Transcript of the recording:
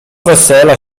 wesela